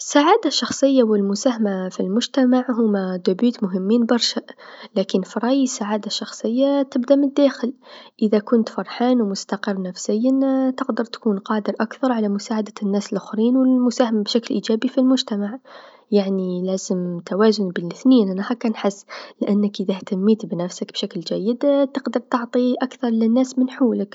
السعاده الشخصيه و المساهمه في المجتمع هوما هدفان مهمين برشا لكن في رايي السعاده الشخصيه تبدا مالداخل، إذا كنت فرحان و مستقر نفسيا تقدر تكون قادر أكثر على مساعدة الناس لوخرين و المساهمه بشكل إيجابي في المجتمع يعني لازم توازن بين لثنين أنا هاكا نحس، يعني إذا هتميت بنفسك بشكل جيد تقدر تعطي للناس أكثر من حولك.